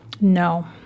no